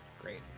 Great